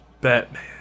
Batman